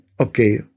Okay